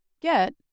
get